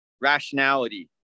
rationality